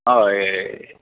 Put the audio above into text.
हय